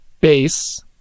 base